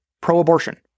pro-abortion